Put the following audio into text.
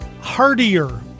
hardier